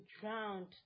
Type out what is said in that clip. drowned